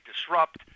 disrupt